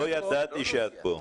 לא ידעתי שאת פה.